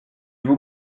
vous